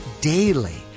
daily